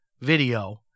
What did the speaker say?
video